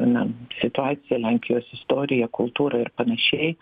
na situaciją lenkijos istoriją kultūrą ir panašiai